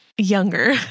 Younger